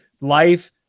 life